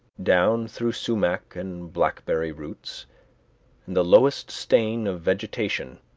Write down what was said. down through sumach and blackberry roots, and the lowest stain of vegetation,